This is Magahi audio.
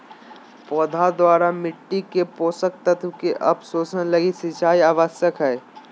पौधा द्वारा मिट्टी से पोषक तत्व के अवशोषण लगी सिंचाई आवश्यक हइ